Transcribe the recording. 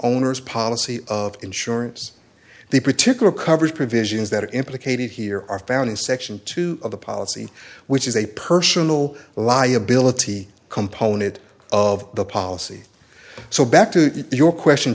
owner's policy of insurance the particular coverage provisions that are implicated here are found in section two of the policy which is a personal liability component of the policy so back to your question